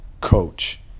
coach